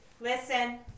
Listen